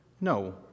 No